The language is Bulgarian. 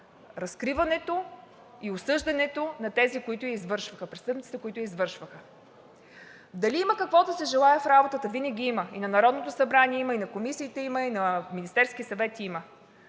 разкриването и осъждането на престъпниците, които я извършваха. Дали има какво да се желае? В работата винаги има – и на Народното събрание има, и на комисиите има, и на Министерския съвет има.